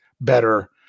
better